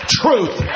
truth